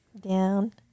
down